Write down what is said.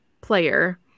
player